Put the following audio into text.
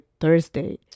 Thursday